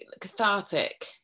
cathartic